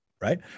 right